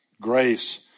grace